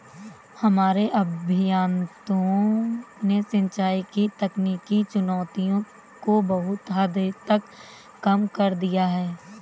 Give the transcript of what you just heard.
हमारे अभियंताओं ने सिंचाई की तकनीकी चुनौतियों को बहुत हद तक कम कर दिया है